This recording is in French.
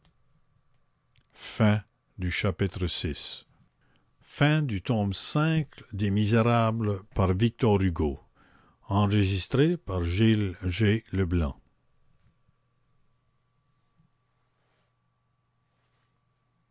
chapitre vi le